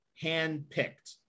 hand-picked